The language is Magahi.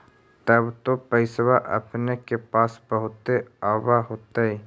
तब तो पैसबा अपने के पास बहुते आब होतय?